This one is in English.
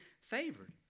favored